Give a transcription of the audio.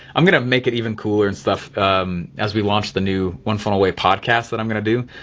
i'm gonna make it even cooler and stuff as we launched the new one funnel away podcast that i'm gonna do.